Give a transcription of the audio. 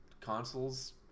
consoles